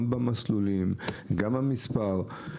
גם המסלולים וגם המספר.